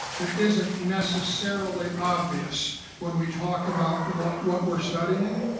it isn't necessary ily obvious when we talk about what what we are studying.